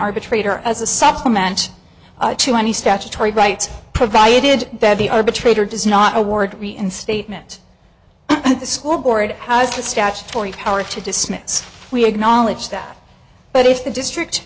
arbitrator as a supplement to any statutory rights provided that the arbitrator does not award reinstatement at the school board has the statutory power to dismiss we acknowledge that but if the district